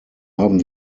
haben